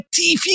TV